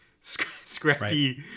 scrappy